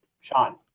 sean